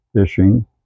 fishing